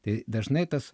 tai dažnai tas